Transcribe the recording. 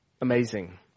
Amazing